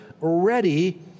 ready